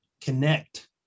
connect